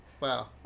Wow